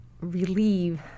relieve